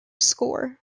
score